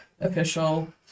official